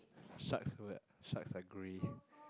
sharks were sharks are grey